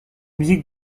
musique